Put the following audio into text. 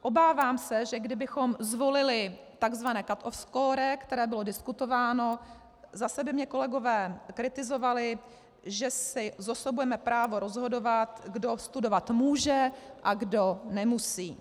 Obávám se, že kdybychom zvolili tzv. cut off score, které bylo diskutováno, zase by mě kolegové kritizovali, že si osobujeme právo rozhodovat, kdo studovat může a kdo nemusí.